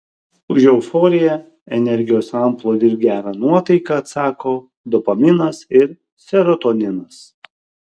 už euforiją energijos antplūdį ir gerą nuotaiką atsako dopaminas ir serotoninas